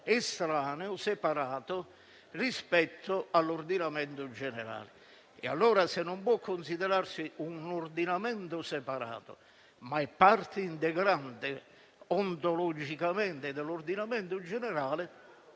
estraneo, rispetto all'ordinamento generale. Se non può considerarsi un ordinamento separato ed è parte integrante, ontologicamente, dell'ordinamento generale,